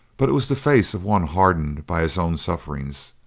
but it was the face of one hardened by his own sufferings,